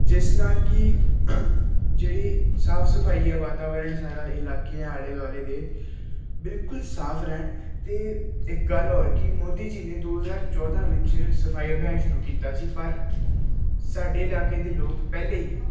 ਜਿਸ ਨਾਲ ਕਿ ਜਿਹੜੀ ਸਾਫ ਸਫਾਈ ਆ ਵਾਤਾਵਰਨ ਸਾਰਾ ਇਲਾਕੇ ਆਲੇ ਦੁਆਲੇ ਦੇ ਬਿਲਕੁਲ ਸਾਫ ਰਹਿਣ 'ਤੇ ਇੱਕ ਗੱਲ ਹੋਰ ਕਿ ਮੋਦੀ ਜੀ ਨੇ ਦੋ ਹਜ਼ਾਰ ਚੌਦ੍ਹਾਂ ਵਿੱਚ ਸਫਾਈ ਅਭਿਆਨ ਸ਼ੁਰੂ ਕੀਤਾ ਸੀ ਪਰ ਸਾਡੇ ਇਲਾਕੇ ਦੇ ਲੋਕ ਪਹਿਲਾਂ ਹੀ